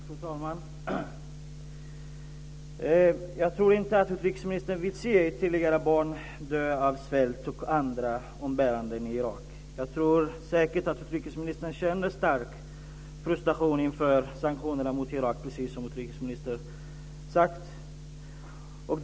Fru talman! Jag tror inte att utrikesministern vill se ytterligare barn dö av svält och andra umbäranden i Irak. Jag tror säkert att utrikesministern känner stark frustration inför sanktionerna mot Irak, precis som utrikesministern har sagt.